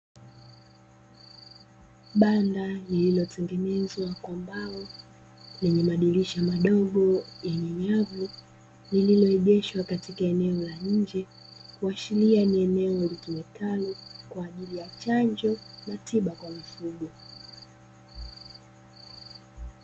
Banda lililotengenezwa kwa mbao lenye madirisha madogo yenye nyavu, lililoegeshwa katika eneo la nje kuashiria ni eneo litumikalo kwa ajili ya chanjo na tiba kwa mifugo.